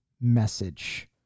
message